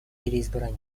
переизбрание